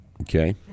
Okay